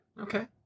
Okay